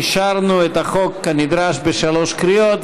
אישרנו את החוק כנדרש בשלוש קריאות.